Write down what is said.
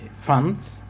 funds